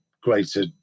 greater